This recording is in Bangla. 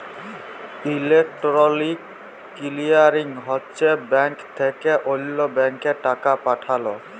ইলেকটরলিক কিলিয়ারিং হছে ব্যাংক থ্যাকে অল্য ব্যাংকে টাকা পাঠাল